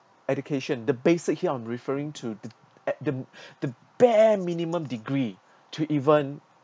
education the basic here on referring to the at the the bare minimum degree to even